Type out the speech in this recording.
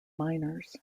miners